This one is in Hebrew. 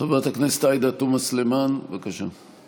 חברת הכנסת עאידה תומא סלימאן, בבקשה.